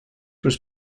was